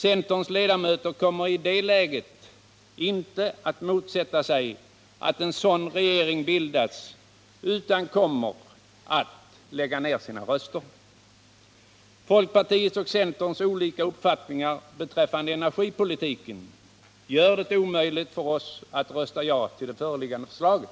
Centerns ledamöter kommer i det läget inte att motsätta sig att en sådan regering bildas utan kommer att lägga ner sina röster. Folkpartiets och centerns olika uppfattningar beträffande energipolitiken gör det omöjligt för oss att rösta ja till det föreliggande förslaget.